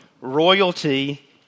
Royalty